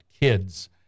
kids